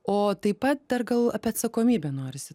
o taip pat dar gal apie atsakomybę norisi